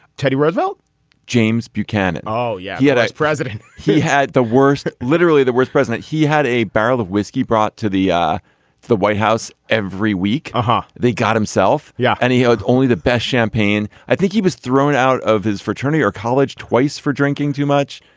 teddy roosevelt james buchanan oh yeah. he had as president he had the worse literally the worst president he had a barrel of whiskey brought to the white house every week. aha. they got himself. yeah. anyhow it's only the best champagne. i think he was thrown out of his fraternity or college twice for drinking too much.